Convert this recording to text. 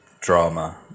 drama